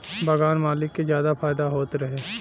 बगान मालिक के जादा फायदा होत रहे